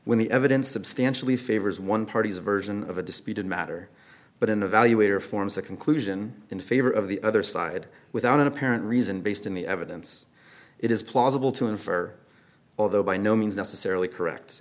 when the evidence substantially favors one party's version of a disputed matter but an evaluator forms a conclusion in favor of the other side without an apparent reason based on the evidence it is plausible to infer although by no means necessarily correct